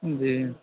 جی